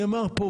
נאמר פה,